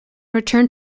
returned